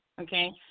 okay